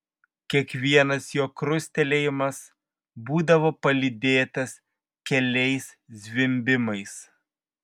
kiekvienas jo krustelėjimas būdavo palydėtas keliais zvimbimais